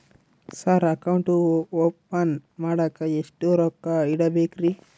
Sir account open ಮಾಡಾಕ ಎಷ್ಟು ರೊಕ್ಕ ಇಡಬೇಕ್ರಿ?